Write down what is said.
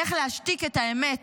איך להשתיק את האמת